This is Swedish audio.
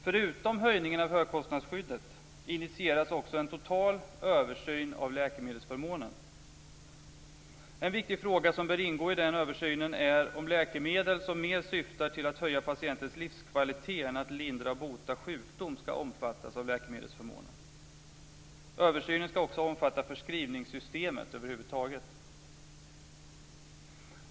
Förutom höjningen av högkostnadsskyddet initieras också en total översyn av läkemedelsförmånen. En viktig fråga som bör ingå i den översynen är om läkemedel som mer syftar till att höja patientens livskvalitet än att lindra och bota sjukdom skall omfattas av läkemedelsförmånen. Översynen skall också omfatta förskrivningssystemet över huvud taget.